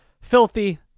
filthy